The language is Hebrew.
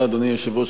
אדוני היושב-ראש,